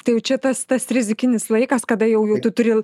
tai jau čia tas tas rizikinis laikas kada jau jau jau tu turi